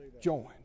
Joined